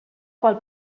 qual